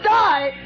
die